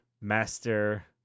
master